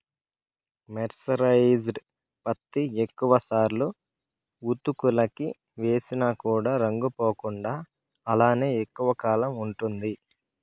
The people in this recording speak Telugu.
మెర్సరైజ్డ్ పత్తి ఎక్కువ సార్లు ఉతుకులకి వేసిన కూడా రంగు పోకుండా అలానే ఎక్కువ కాలం ఉంటుంది